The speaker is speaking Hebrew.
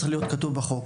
צריכים להיות כתובים בחוק.